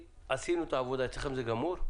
אצלכם זה גמור?